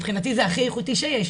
מבחינתי זה הכי איכותי שיש,